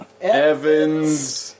Evans